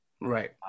Right